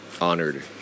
honored